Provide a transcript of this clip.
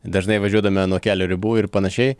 dažnai važiuodami nuo kelio ribų ir panašiai